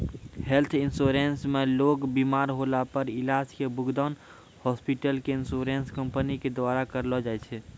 health insurance मे लोग बिमार होला पर इलाज के भुगतान हॉस्पिटल क इन्शुरन्स कम्पनी के द्वारा करलौ जाय छै